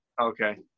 Okay